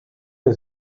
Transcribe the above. der